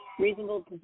Reasonable